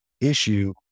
issue